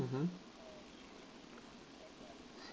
mmhmm